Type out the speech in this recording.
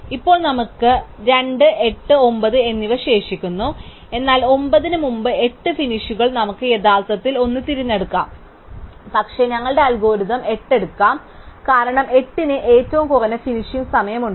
ഇപ്പോൾ നമുക്ക് രണ്ട് 8 9 എന്നിവ ശേഷിക്കുന്നു എന്നാൽ 9 ന് മുമ്പ് 8 ഫിനിഷുകൾ നമുക്ക് യഥാർത്ഥത്തിൽ ഒന്ന് തിരഞ്ഞെടുക്കാം പക്ഷേ ഞങ്ങളുടെ അൽഗോരിതം 8 എടുക്കും കാരണം 8 ന് ഏറ്റവും കുറഞ്ഞ ഫിനിഷിംഗ് സമയം ഉണ്ട്